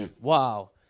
Wow